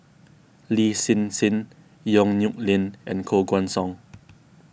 Lin Hsin Hsin Yong Nyuk Lin and Koh Guan Song